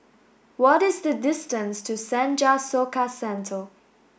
what is the distance to Senja Soka Centre